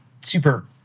super